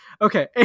Okay